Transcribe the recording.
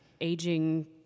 aging